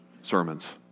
sermons